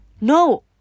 No